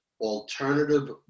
alternative